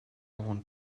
want